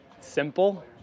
simple